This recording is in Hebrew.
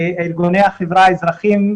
ארגוני החברה האזרחית,